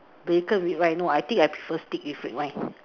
bacon with wine no I think I prefer steak with red wine